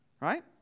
Right